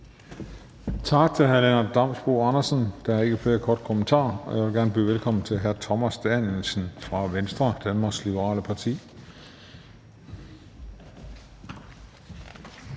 Tak til hr. Lennart Damsbo-Andersen. Der er ikke flere kommentarer. Og jeg vil gerne byde velkommen til hr. Thomas Danielsen fra Venstre, Danmarks Liberale Parti.